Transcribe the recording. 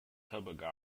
toboggan